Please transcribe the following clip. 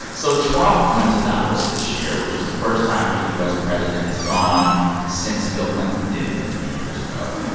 so trump went to davos this year, which was the first time a u s. president has gone since bill clinton did many, many years ago.